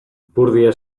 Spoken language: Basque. ipurdia